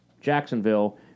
Jacksonville